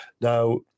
Now